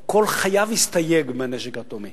הוא כל חייו הסתייג מהנשק האטומי